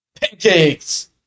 pancakes